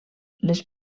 les